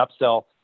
upsell